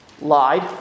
lied